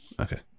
Okay